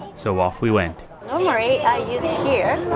so off we went normally, i use here,